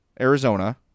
Arizona